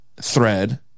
thread